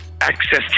access